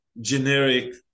generic